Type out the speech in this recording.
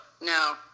no